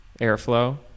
airflow